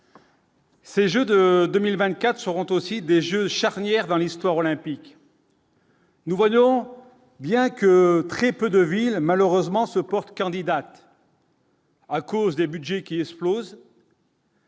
Ces Jeux de 2024 seront aussi des jeux charnière dans l'histoire olympique. Nous voyons bien que très peu de villes malheureusement se portent candidates. à cause des Budgets qui explose.